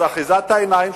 אז יש אחיזת העיניים,